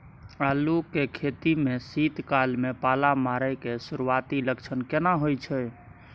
आलू के खेती में शीत काल में पाला मारै के सुरूआती लक्षण केना होय छै?